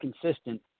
consistent